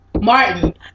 Martin